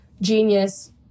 genius